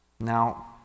Now